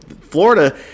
Florida